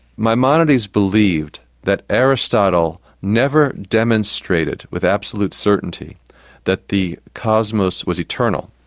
maimonides believed that aristotle never demonstrated with absolute certainty that the cosmos was eternal.